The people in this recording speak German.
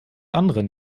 anderen